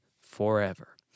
forever